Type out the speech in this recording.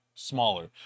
smaller